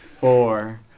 four